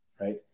right